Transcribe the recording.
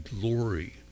glory